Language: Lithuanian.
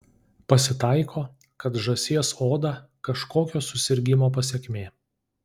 pasitaiko kad žąsies oda kažkokio susirgimo pasekmė